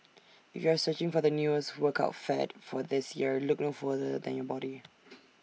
if you are searching for the newest workout fad for this year look no further than your body